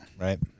right